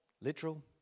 Literal